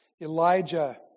Elijah